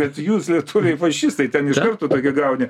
kad jūs lietuviai fašistai ten iš karto tokią gauni